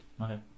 Okay